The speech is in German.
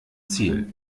ziel